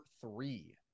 three